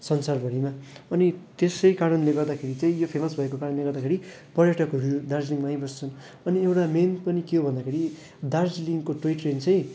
संसारभरिमा अनि त्यसै कारणले गर्दाखेरि चाहिँ यो फेमस भएको कारणले गर्दाखेरि पर्यटकहरू दार्जिलिङमा आइबस्छन् अनि एउटा मेन पनि के हो भन्दाखेरि दार्जिलिङको टोय ट्रेन चाहिँ